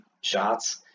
shots